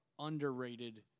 underrated